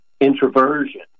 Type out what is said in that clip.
introversion